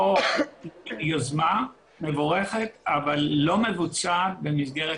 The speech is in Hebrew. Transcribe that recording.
כאן יוזמה מבורכת אבל לא מבוצעת במסגרת